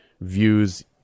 views